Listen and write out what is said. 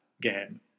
game